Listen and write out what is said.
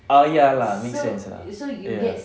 ah ya lah makes sense lah ya